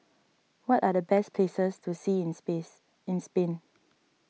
what are the best places to see in space in Spain